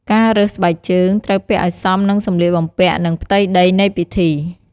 ការរើសស្បែកជើងត្រូវពាក់ឲ្យសមនឹងសម្លៀកបំពាក់និងផ្ទៃដីនៃពិធី។